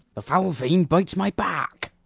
the foul fiend bites my back.